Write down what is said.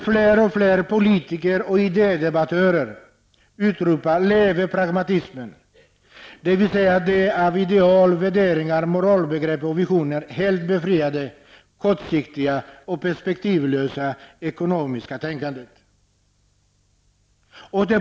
Fler och fler politiker och idédebattörer utropar ett leve för pragmatismen, dvs. det av ideal, värderingar, moralbegrepp och visioner helt befriade, kortsiktiga och perspektivlösa ekonomiska tänkandet.